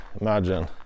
imagine